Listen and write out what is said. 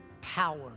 power